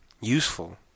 useful